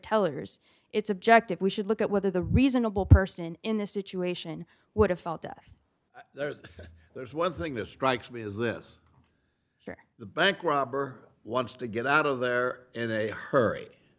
tellers it's objective we should look at whether the reasonable person in this situation would have felt death there's there's one thing that strikes me is this the bank robber wants to get out of there in a hurry